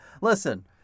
listen